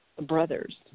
brothers